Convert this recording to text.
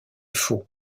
faux